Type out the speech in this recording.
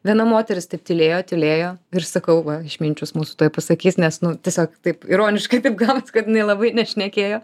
viena moteris taip tylėjo tylėjo ir sakau va išminčius mūsų tuoj pasakys nes nu tiesiog taip ironiškai taip gavosi kad jinai labai nešnekėjo